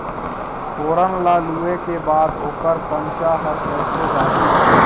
फोरन ला लुए के बाद ओकर कंनचा हर कैसे जाही?